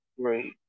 great